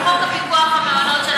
שחוק הפיקוח על המעונות,